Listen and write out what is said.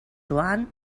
joan